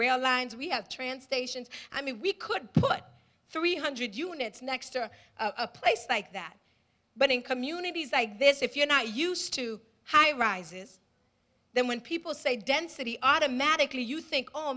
rail lines we have transportation i mean we could put three hundred units next to a place like that but in communities like this if you're not used to high rises then when people say density automatically you think oh